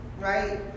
right